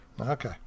Okay